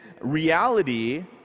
reality